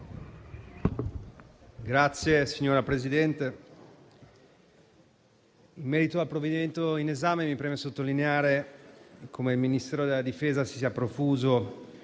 difesa*. Signora Presidente, in merito al provvedimento in esame mi preme sottolineare come il Ministro della difesa si sia profuso